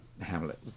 Hamlet